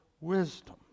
wisdom